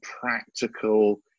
practical